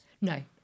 No